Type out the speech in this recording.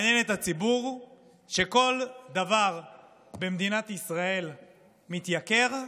מעניין את הציבור שכל דבר במדינת ישראל מתייקר.